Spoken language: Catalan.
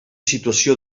situació